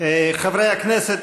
חברי הכנסת,